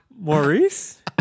Maurice